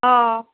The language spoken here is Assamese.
অঁ